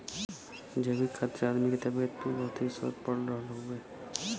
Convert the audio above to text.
जैविक खाद से आदमी के तबियत पे बहुते असर पड़ रहल हउवे